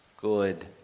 good